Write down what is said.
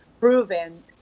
proven